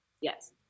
Yes